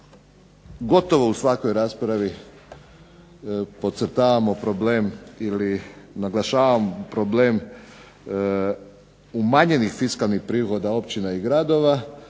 gotovo u svakoj raspravi podcrtavamo problem ili naglašavam problem umanjenih fiskalnih prihoda općina i gradova